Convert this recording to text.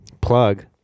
plug